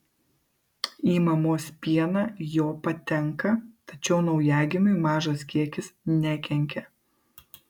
į mamos pieną jo patenka tačiau naujagimiui mažas kiekis nekenkia